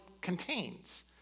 contains